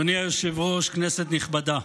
אדוני היושב-ראש, כנסת נכבדה,